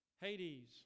Hades